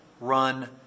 run